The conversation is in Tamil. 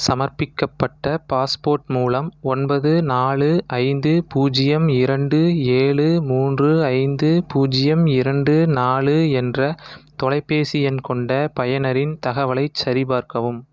சமர்ப்பிக்கப்பட்ட பாஸ்போர்ட் மூலம் ஒன்பது நாலு ஐந்து பூஜ்ஜியம் இரண்டு ஏழு மூன்று ஐந்து பூஜ்ஜியம் இரண்டு நாலு என்ற தொலைபேசி எண் கொண்ட பயனரின் தகவலைச் சரிபார்க்கவும்